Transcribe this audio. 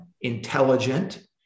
intelligent